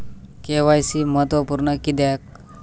KYC महत्त्वपुर्ण किद्याक?